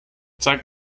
zeig